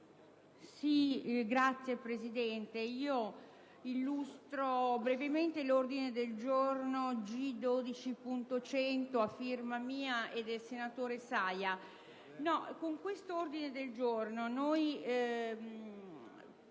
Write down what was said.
Signor Presidente, illustrerò brevemente l'ordine del giorno G12.100 a firma mia e del senatore Saia. Con questo ordine del giorno,